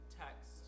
text